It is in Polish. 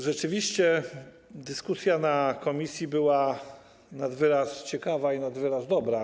Rzeczywiście dyskusja na posiedzeniu komisji była nad wyraz ciekawa i nad wyraz dobra.